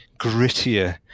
grittier